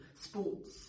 sports